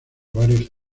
varios